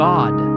God